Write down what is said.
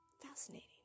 Fascinating